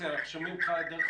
תוארו כאן די